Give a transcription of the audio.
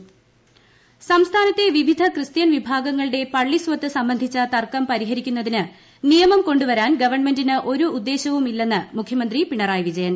മുഖ്യമന്തി സംസ്ഥാനത്തെ വിവിധ ക്രിസ്ത്യൻ വിഭാഗങ്ങളുടെ പള്ളി സ്വത്ത് സംബന്ധിച്ച തർക്കം പരിഹരിക്കുന്നതിന് നിയമം കൊണ്ടുവരാൻ ഗവൺമെന്റിന് ഒരു ഉദ്ദേശവും ഇല്ലെന്ന് മുഖ്യമന്ത്രി പിണറായി വിജയൻ